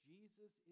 Jesus